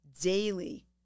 daily